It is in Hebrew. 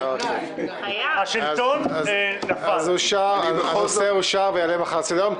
אין קבלת הערעור אושרה אז הנושא אושר ויעלה מחר לסדר היום.